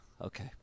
Okay